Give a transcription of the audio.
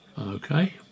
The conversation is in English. Okay